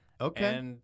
Okay